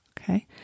Okay